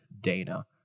dana